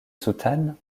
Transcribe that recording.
soutane